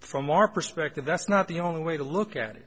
from our perspective that's not the only way to look at it